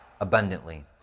abundantly